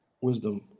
wisdom